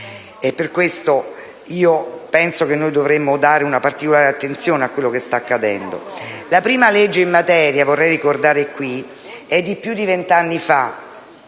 Per questo penso che dovremmo rivolgere una particolare attenzione a quello che sta accadendo. La prima legge in materia - vorrei ricordarlo - è di più di venti anni fa